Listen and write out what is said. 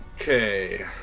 Okay